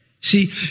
See